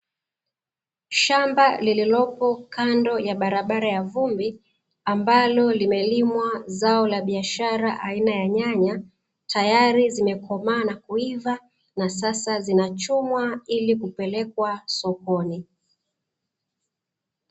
Shamba lililopo kando ya barabara ya vumbi ambalo limelimwa zao la biashara aina ya nyanya teyari zimekomaa na kuiva na sasa zinachumwa ili kupelekwa sokoni.